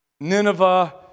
Nineveh